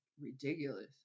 ridiculous